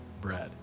bread